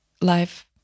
life